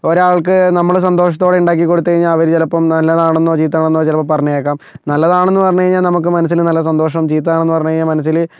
ഒരാൾക്ക് നമ്മൾ സന്തോഷത്തോടെ ഉണ്ടാക്കി കൊടുത്തുകഴിഞ്ഞാൽ അവർ ചിലപ്പം നല്ലതാണെന്നോ ചീത്തയാണെന്നോ ചിലപ്പം പറഞ്ഞേക്കാം നല്ലതാണെന്ന് പറഞ്ഞ് കഴിഞ്ഞാൽ നമുക്ക് മനസ്സിന് നല്ല സന്തോഷും ചീത്തയാണെന്ന് പറഞ്ഞ് കഴിഞ്ഞാൽ മനസ്സിൽ